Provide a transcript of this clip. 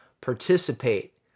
participate